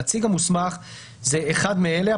"הנציג המוסמך הוא אחד מאלה,